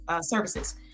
services